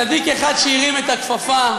צדיק אחד שהרים את הכפפה,